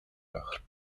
kach